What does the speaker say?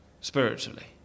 spiritually